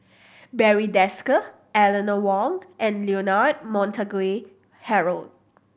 Barry Desker Eleanor Wong and Leonard Montague Harrod